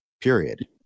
period